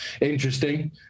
Interesting